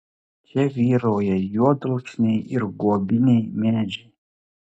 čia vyrauja juodalksniai ir guobiniai medžiai